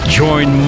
join